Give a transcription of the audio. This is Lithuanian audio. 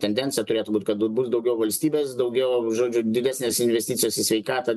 tendencija turėtų būt kad bus daugiau valstybės daugiau žodžiu didesnės investicijos į sveikatą